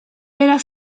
era